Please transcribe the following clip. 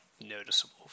noticeable